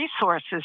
resources